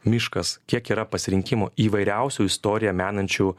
miškas kiek yra pasirinkimo įvairiausių istoriją menančių